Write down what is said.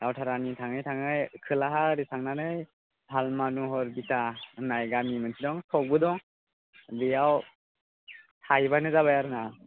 दावधारानि थाङै थाङै खोलाहा ओरै थांनानै भालमानुहर बिथा होननाय गामि मोनसे दं सखबो दं बेयाव थाहैब्लानो जाबाय आरो ना